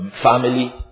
family